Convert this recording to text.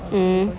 mmhmm